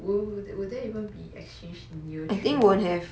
will will there even be exchange in year three